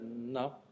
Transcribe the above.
No